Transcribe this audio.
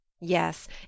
yes